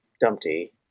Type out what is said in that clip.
Dumpty